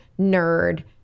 nerd